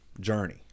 journey